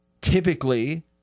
typically